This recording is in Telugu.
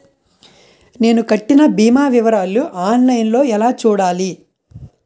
నేను కట్టిన భీమా వివరాలు ఆన్ లైన్ లో ఎలా చూడాలి?